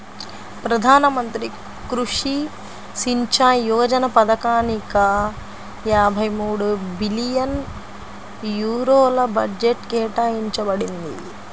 ప్రధాన మంత్రి కృషి సించాయ్ యోజన పథకానిక యాభై మూడు బిలియన్ యూరోల బడ్జెట్ కేటాయించబడింది